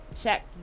check